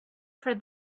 for